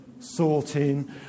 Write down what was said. sorting